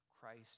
Christ